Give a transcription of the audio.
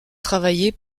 travailler